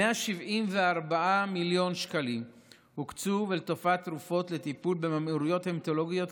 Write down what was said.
174 מיליון שקלים הוקצו לטובת תרופות לטיפול בממאירויות המטולוגיות,